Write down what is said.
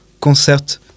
concert